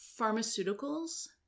pharmaceuticals